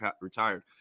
retired